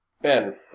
Ben